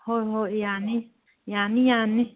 ꯍꯣꯏ ꯍꯣꯏ ꯌꯥꯅꯤ ꯌꯥꯅꯤ ꯌꯥꯅꯤ